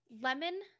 Lemon